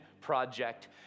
project